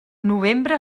novembre